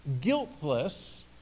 guiltless